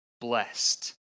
blessed